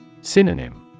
Synonym